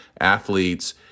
athletes